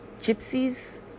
gypsies